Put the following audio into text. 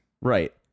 Right